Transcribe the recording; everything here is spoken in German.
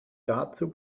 dazu